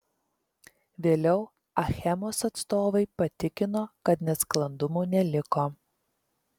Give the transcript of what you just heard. vėliau achemos atstovai patikino kad nesklandumų neliko